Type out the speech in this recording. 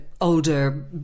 older